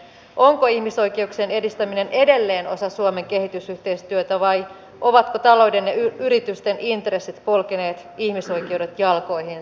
onko ihmisoikeuksien edistäminen edelleen osa suomen kehitysyhteistyötä vai ovatko talouden ja yritysten intressit polkeneet ihmisoikeudet jalkoihinsa